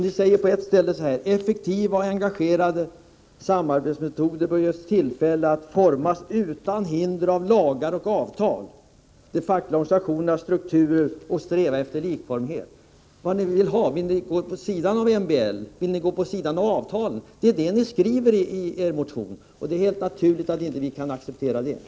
Ni säger på ett ställe: ”Effektiva och engagerande samarbetsformer bör enligt vår mening ges tillfälle att formas utan hinder av lagar och avtal, de fackliga organisationernas strukturer eller att sträva efter likformighet.” Vad är det ni vill ha? Vill ni gå vid sidan om MBL och avtal? Det skriver ni i er motion, och det är helt naturligt att vi inte kan acceptera detta.